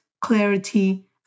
clarity